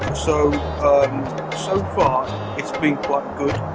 so so far it's been quite good.